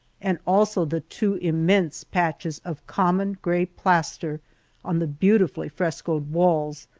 and also the two immense patches of common gray plaster on the beautifully frescoed walls,